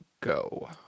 go